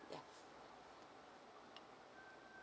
yeah